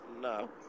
No